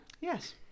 Yes